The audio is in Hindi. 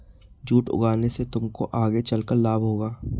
जूट उगाने से तुमको आगे चलकर लाभ होगा